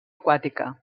aquàtica